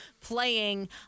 playing